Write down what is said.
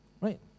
right